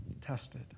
tested